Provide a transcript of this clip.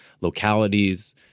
localities